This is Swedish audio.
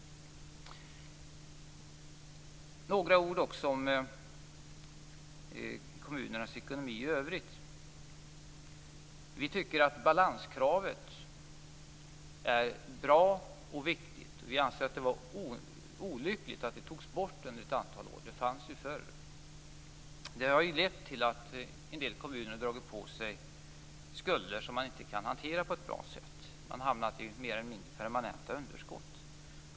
Några ord också om kommunernas ekonomi i övrigt. Vi tycker att balanskravet är bra och viktigt. Vi anser att det var olyckligt att det togs bort under ett antal år - det fanns ju förr. Det har lett till att en del kommuner har dragit på sig skulder som man inte kan hantera på ett bra sätt. Man har hamnat i mer eller mindre permanenta underskott.